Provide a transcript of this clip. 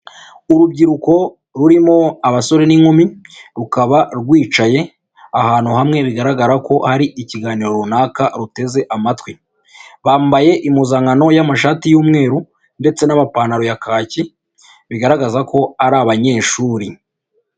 Urubyiruko rurimo abasore n'inkumi rukaba rwicaye ahantu hamwe bigaragara ko hari ikiganiro runaka ruteze amatwi, bambaye impuzankano y'amashati y'umweru ndetse n'amapantaro ya kaki bigaragaza ko ari abanyeshuri.